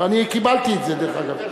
ואני קיבלתי את זה, דרך אגב.